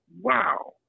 Wow